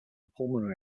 pulmonary